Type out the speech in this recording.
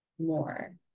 More